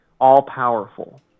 all-powerful